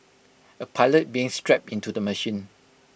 A pilot being strapped into the machine